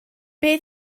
beth